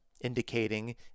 indicating